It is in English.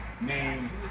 name